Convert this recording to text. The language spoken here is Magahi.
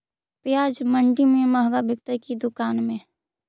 प्याज मंडि में मँहगा बिकते कि दुकान में?